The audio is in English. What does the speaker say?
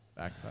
backpack